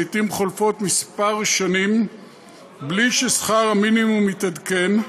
לעתים חולפות כמה שנים בלי ששכר המינימום יתעדכן,